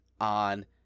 on